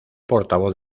portavoz